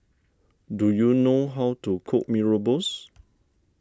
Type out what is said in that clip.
do you know how to cook Mee Rebus